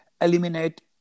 eliminate